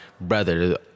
brother